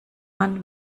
man